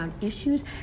issues